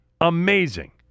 Amazing